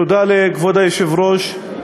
תודה לכבוד היושב-ראש.